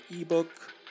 ebook